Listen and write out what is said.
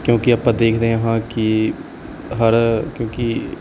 ਕਿਉਂਕਿ ਆਪਾਂ ਦੇਖਦੇ ਹਾਂ ਕਿ ਹਰ ਕਿਉਂਕਿ